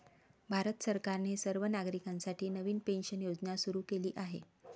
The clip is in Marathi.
भारत सरकारने सर्व नागरिकांसाठी नवीन पेन्शन योजना सुरू केली आहे